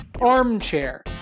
armchair